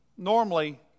normally